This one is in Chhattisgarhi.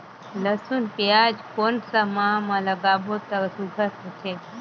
लसुन पियाज कोन सा माह म लागाबो त सुघ्घर होथे?